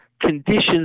conditions